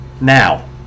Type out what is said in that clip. now